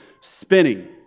spinning